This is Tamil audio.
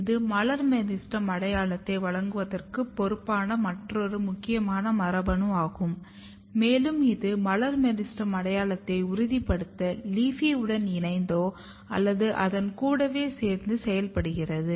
இது மலர் மெரிஸ்டெம் அடையாளத்தை வழங்குவதற்கு பொறுப்பான மற்றொரு முக்கியமான மரபணு ஆகும் மேலும் இது மலர் மெரிஸ்டெம் அடையாளத்தை உறுதிப்படுத்த LEAFY உடன் இணைந்தோ அல்லது அதன் கூடவே சேர்ந்து செயல்படுகிறது